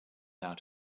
out